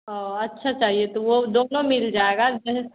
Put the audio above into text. ओह अच्छा चाहिए तो वह दोनों मिल जाएगा चाहे